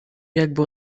jakby